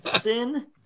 sin